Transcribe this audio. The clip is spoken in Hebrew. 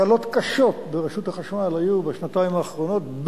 תקלות קשות ברשות החשמל היו בשנתיים האחרונות,